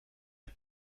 het